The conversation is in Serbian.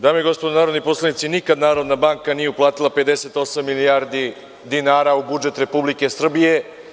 Dame i gospodo narodni poslanici, nikada Narodna banka nije uplatila 58 milijardi dinara u budžet Republike Srbije.